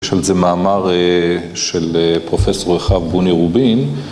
יש על זה מאמר של פרופסור ריכב בוני רובין